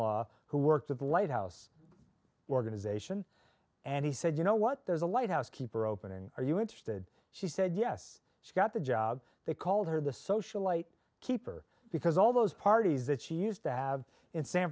law who worked at the lighthouse organization and he said you know what there's a lighthouse keeper opening are you interested she said yes she got the job they called her the socialite keeper because all those parties that she used to have in san